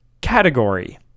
category